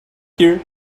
here